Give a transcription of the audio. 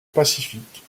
pacifique